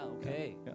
okay